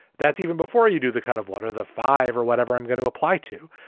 that's even before you do the kind of what are the five or whatever i'm going to apply to.